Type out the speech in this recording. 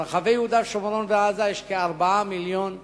ברחבי יהודה, שומרון ועזה יש כ-4 מיליוני תושבים.